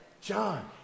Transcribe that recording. John